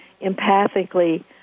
empathically